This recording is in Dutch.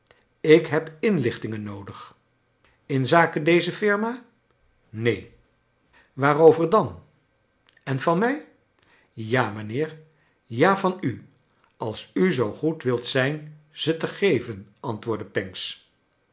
ik heb inlichtingen noodig inzake deze firma neen waarover dan en van mij ja mijnheer ja van u als u zoo goed wilt zijn ze te geven antwoordde pancks